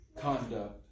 Conduct